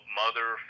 mother